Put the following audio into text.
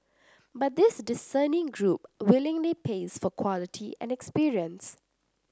but this discerning group willingly pays for quality and experience